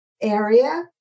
area